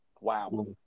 Wow